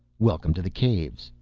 welcome to the caves.